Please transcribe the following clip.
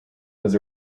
was